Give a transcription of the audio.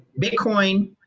Bitcoin